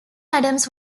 adams